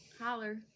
Holler